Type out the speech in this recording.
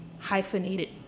hyphenated